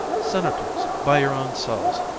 senators, by your own selves,